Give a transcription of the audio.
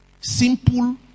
Simple